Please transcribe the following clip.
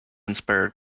inspired